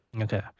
Okay